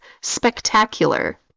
spectacular